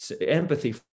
empathy